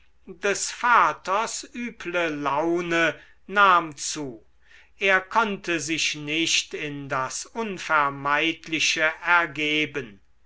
des vaters üble laune nahm zu er konnte sich nicht in das unvermeidliche ergeben